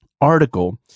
article